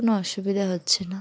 কোনো অসুবিধা হচ্ছে না